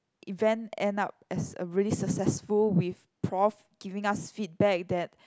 event end up as a really successful with prof giving us feedback that